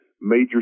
major